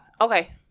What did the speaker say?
Okay